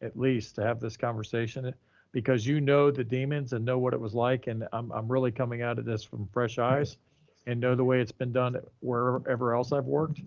at least to have this conversation because you know the demons and know what it was like. and um i'm really coming out of this from fresh eyes and know the way it's been done at wherever else i've worked.